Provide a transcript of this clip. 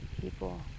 people